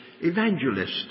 evangelist